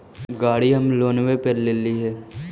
गाड़ी हम लोनवे पर लेलिऐ हे?